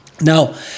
Now